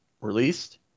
released